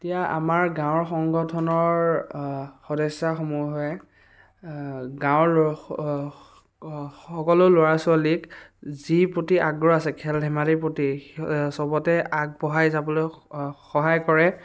এতিয়া আমাৰ গাওঁৰ সংগঠনৰ সদস্যাসমূহে গাঁৱৰ সকলো ল'ৰা ছোৱালীক যি প্ৰতি আগ্ৰহ আছে খেল ধেমালি প্ৰতি চবতে আগবঢ়াই যাবলৈ সহায় কৰে